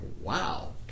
wow